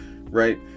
right